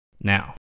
Now